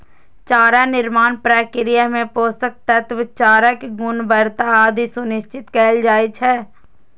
चारा निर्माण प्रक्रिया मे पोषक तत्व, चाराक गुणवत्ता आदि सुनिश्चित कैल जाइ छै